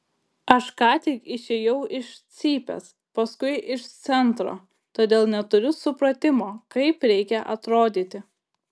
aš ką tik išėjau iš cypės paskui iš centro todėl neturiu supratimo kaip reikia atrodyti